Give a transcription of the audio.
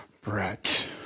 Brett